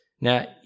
Now